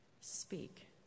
Speak